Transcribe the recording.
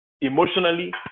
Emotionally